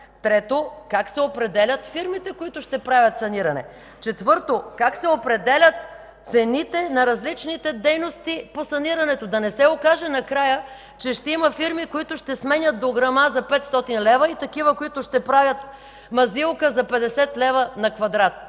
3. как се определят фирмите, които ще правят саниране; 4. как се определят цените на различните дейности по санирането. Да не се окаже накрая, че ще има фирма, които ще сменят дограма за 500 лв. и такива, които ще правят мазилка за 50 лв. на квадрат,